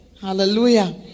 Hallelujah